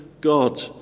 God